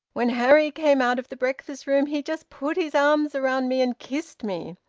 when harry came out of the breakfast-room he just put his arms round me and kissed me.